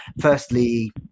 Firstly